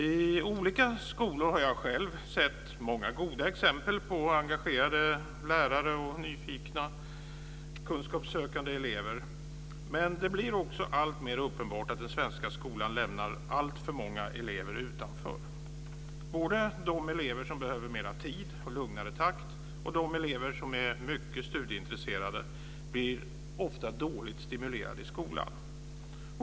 I olika skolor har jag själv sett många goda exempel på engagerade lärare och nyfikna, kunskapssökande elever. Men det blir också alltmer uppenbart att den svenska skolan lämnar alltför många elever utanför. Både de elever som behöver mera tid och lugnare takt och de elever som är mycket studieintresserade blir ofta dåligt stimulerade i skolan.